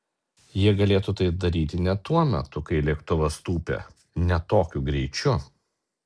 jie galėtų tai daryti ne tuo metu kai lėktuvas tūpia ne tokiu greičiu